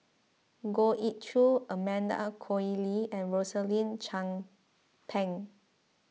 Goh Ee Choo Amanda Koe Lee and Rosaline Chan Pang